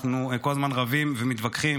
אנחנו כל הזמן רבים ומתווכחים,